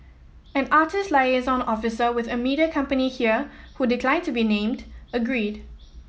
an artist liaison officer with a media company here who declined to be named agreed